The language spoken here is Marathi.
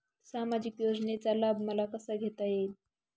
सामाजिक योजनेचा लाभ मला कसा घेता येईल?